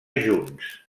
junts